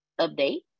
update